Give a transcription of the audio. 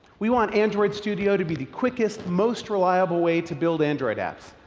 we want android studio to be the quickest, most reliable way to build android apps.